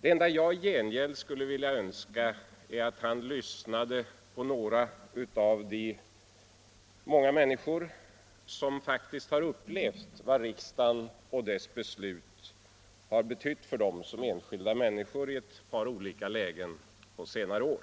Det enda jag i gengäld skulle vilja önska är att han lyssnade på några av de många människor som faktiskt har upplevt vad riksdagen och dess beslut har betytt för dem som enskilda människor i ett par olika lägen på senare år.